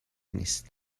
نیست